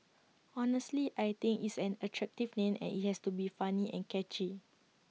honestly I think it's an attractive name and IT has to be funny and catchy